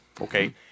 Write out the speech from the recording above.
Okay